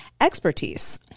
expertise